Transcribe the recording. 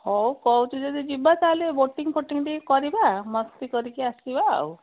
ହଉ କହୁଛୁ ଯଦି ଯିବା ତା'ହେଲେ ବୋଟିଂ ଫୋଟିଂ ଟିକେ କରିବା ମସ୍ତି କରିକି ଆସିବା ଆଉ